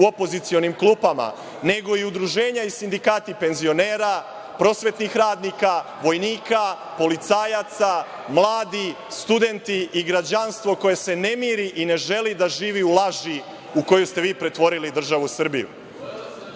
u opozicionim klupama, nego i udruženja i sindikati penzionera, prosvetnih radnika, vojnika, policajaca, mladi studenti i građanstvo koje se ne miri i ne želi da živi u laži u koju ste vi pretvoril državu Srbiju. Vi